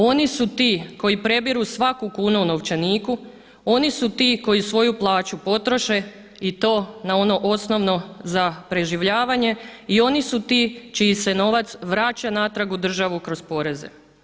Oni su ti koji prebiru svaku kunu u novčaniku, oni su ti koji svoju plaću potroše i to na ono osnovno za preživljavanje i oni su ti čiji se novac vraća natrag u državu kroz poreze.